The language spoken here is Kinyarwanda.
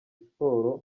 siporo